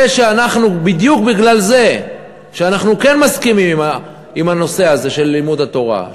בדיוק בגלל זה שאנחנו כן מסכימים לנושא של לימוד התורה,